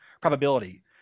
probability